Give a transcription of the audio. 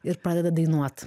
ir pradeda dainuot